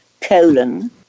colon